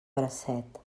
bracet